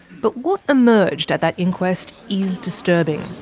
but what emerged at that inquest is disturbing.